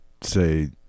say